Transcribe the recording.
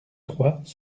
trois